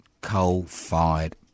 coal-fired